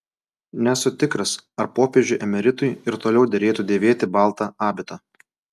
nesu tikras ar popiežiui emeritui ir toliau derėtų dėvėti baltą abitą